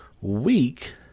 week